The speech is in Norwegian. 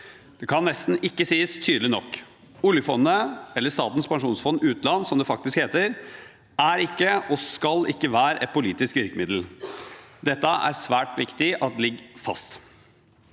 Det kan nesten ikke sies tydelig nok. Oljefondet – eller Statens pensjonsfond utland, som det faktisk heter – er ikke og skal ikke være et politisk virkemiddel. Dette er det svært viktig at ligger fast.